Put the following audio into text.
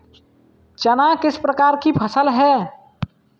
चना किस प्रकार की फसल है?